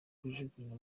kujugunya